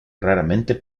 raramente